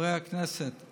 חברי הכנסת,